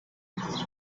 ich